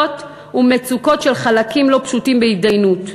ומצוקות של חלקים לא פשוטים בהתדיינות.